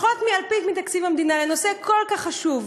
פחות מאלפית מתקציב המדינה לנושא כל כך חשוב,